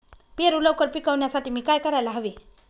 पेरू लवकर पिकवण्यासाठी मी काय करायला हवे?